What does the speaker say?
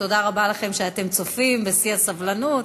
תודה רבה לכם שאתם צופים בשיא הסבלנות.